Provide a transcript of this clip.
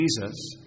Jesus